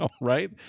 right